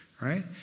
right